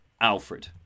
Alfred